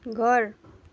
घर